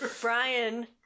Brian